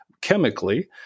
chemically